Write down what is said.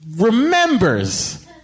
remembers